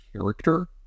character